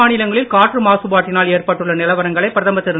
மாநிலங்களில் காற்று மாசுபாட்டினால் ஏற்பட்டுள்ள வட நிலவரங்களை பிரதமர் திரு